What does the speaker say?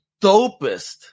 dopest